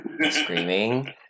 screaming